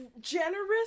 generous